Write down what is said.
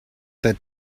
that